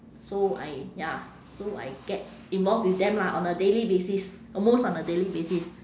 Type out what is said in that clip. so I ya so I get involve with them lah on a daily basis almost on a daily basis